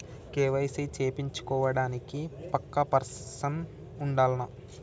KYC చేపిచ్చుకోవడానికి పక్కా person ఉండాల్నా?